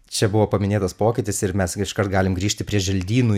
čia buvo paminėtas pokytis ir mes iškart galim grįžti prie želdynų įstatymu